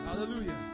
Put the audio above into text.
hallelujah